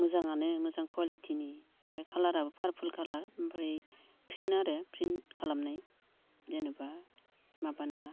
मोजांआनो मोजां कुवालिटिनि ओमफ्राय कालाराबो पार्पोल कलार ओमफ्राय प्रिन्ट आरो प्रिन्ट खालामनाय जेन'बा माबा नङा